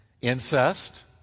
incest